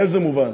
באיזה מובן?